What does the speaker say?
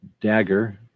dagger